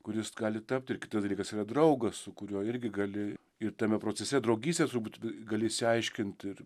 kuris gali tapt ir kitas dalykas yra draugas su kuriuo irgi gali ir tame procese draugystes turbūt gali išsiaiškint ir